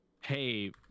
hey